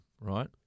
right